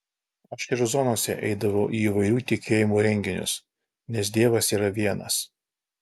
aš ir zonose eidavau į įvairių tikėjimų renginius nes dievas yra vienas